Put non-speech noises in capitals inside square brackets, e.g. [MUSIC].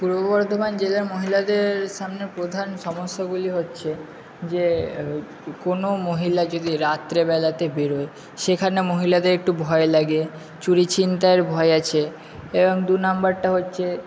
পূর্ব বর্ধমান জেলার মহিলাদের সামনে প্রধান সমস্যাগুলি হচ্ছে যে [UNINTELLIGIBLE] কোনো মহিলা যদি রাত্রেবেলাতে বেরোয় সেখানে মহিলাদের একটু ভয় লাগে চুরি ছিনতাইয়ের ভয় আছে এবং দুনাম্বারটা হচ্ছে